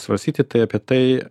svarstyti tai apie tai